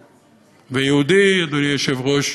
ויהודי, אדוני היושב-ראש,